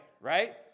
right